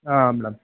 ಹಾಂ ಮೇಡಮ್